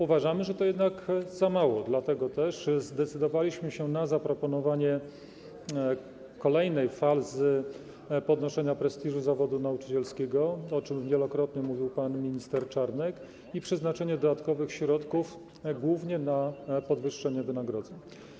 Uważamy, że to jednak za mało, dlatego też zdecydowaliśmy się na zaproponowanie kolejnej fazy podnoszenia prestiżu zawodu nauczyciela, o czym wielokrotnie mówił pan minister Czarnek, i przeznaczenie dodatkowych środków głównie na podwyższenie wynagrodzeń.